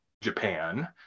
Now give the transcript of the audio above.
Japan